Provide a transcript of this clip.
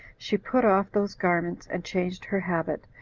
she put off those garments, and changed her habit,